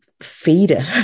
feeder